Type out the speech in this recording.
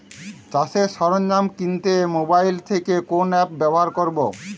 চাষের সরঞ্জাম কিনতে মোবাইল থেকে কোন অ্যাপ ব্যাবহার করব?